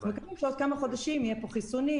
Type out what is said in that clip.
אנחנו מקווים שעוד כמה חודשים יהיו פה חיסונים,